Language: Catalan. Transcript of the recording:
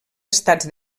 estats